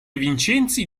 vincenzi